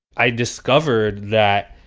i discovered that,